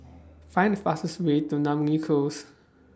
Find The fastest Way to Namly Close